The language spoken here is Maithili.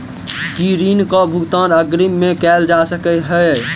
की ऋण कऽ भुगतान अग्रिम मे कैल जा सकै हय?